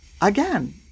Again